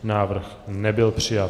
Návrh nebyl přijat.